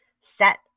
set